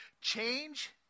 Change